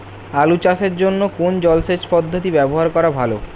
আলু চাষের জন্য কোন জলসেচ পদ্ধতি ব্যবহার করা ভালো?